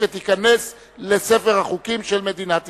ותיכנס לספר החוקים של מדינת ישראל.